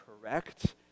correct